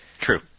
True